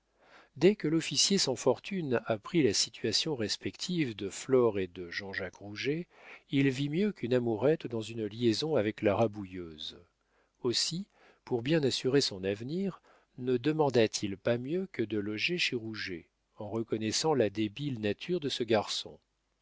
dès que l'officier sans fortune apprit la situation respective de flore et de jean-jacques rouget il vit mieux qu'une amourette dans une liaison avec la rabouilleuse aussi pour bien assurer son avenir ne demanda-t-il pas mieux que de loger chez rouget en reconnaissant la débile nature de ce garçon